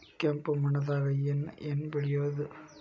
ಕೆಂಪು ಮಣ್ಣದಾಗ ಏನ್ ಏನ್ ಬೆಳಿಬೊದು?